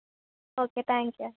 okay thank you